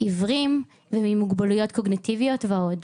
העיוורים ועם מוגבלויות קוגניטיביות ועוד.